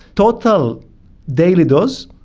total daily dose,